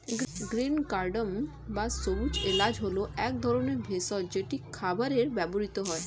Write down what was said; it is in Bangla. গ্রীন কারডামম্ বা সবুজ এলাচ হল এক ধরনের ভেষজ যেটি খাবারে ব্যবহৃত হয়